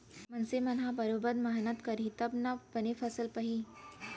मनसे मन ह बरोबर मेहनत करही तब ना बने फसल पाही